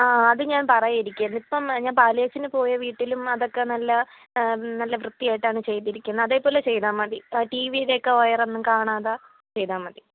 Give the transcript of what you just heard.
ആ അതു ഞാൻ പറയാനിരിക്കുകയായിരുന്നു ഇപ്പോൾ ഞാൻ പാലുകാച്ചലിന് പോയ വീട്ടിലും അതൊക്കെ നല്ല നല്ല വൃത്തിയായിട്ടാണ് ചെയ്തിരിക്കുന്നത് അതേപോലെ ചെയ്താൽ മതി ടി വി യുടെയൊക്കെ വയറൊന്നും കാണാതെ ചെയ്താൽ മതി